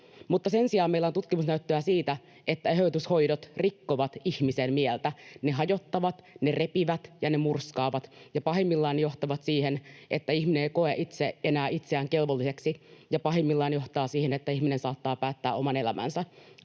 Sen sijaan meillä on tutkimusnäyttöä siitä, että eheytyshoidot rikkovat ihmisen mieltä. Ne hajottavat, ne repivät, ja ne murskaavat, ja pahimmillaan ne johtavat siihen, että ihminen ei koe enää itseään kelvolliseksi ja pahimmillaan saattaa päättää oman elämänsä.